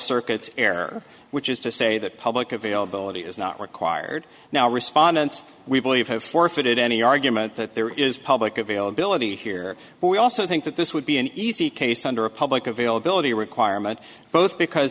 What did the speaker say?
circuit's air which is to say that public availability is not required now respondents we believe have forfeited any argument that there is public availability here but we also think that this would be an easy case under a public availability requirement both because